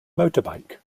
motorbike